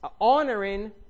honoring